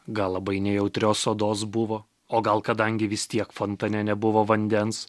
gal labai nejautrios odos buvo o gal kadangi vis tiek fontane nebuvo vandens